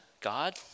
God